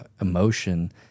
emotion